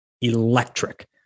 electric